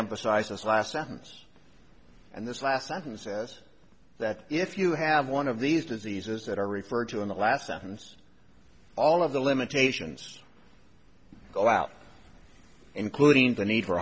emphasize this last sentence and this last sentence says that if you have one of these diseases that are referred to in the last sentence all of the limitations go out including the need for